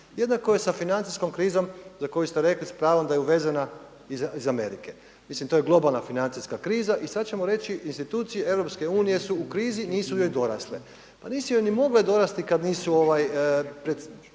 Jednako je sa financijskom krizom za koju ste rekli s pravom da je uvezena iz Amerike. Mislim to je globalna financijska kriza i sada ćemo reći institucije EU su u krizi, nisu joj dorasle. Pa nisu joj ni mogle dorasti kada nisu